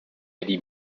eddie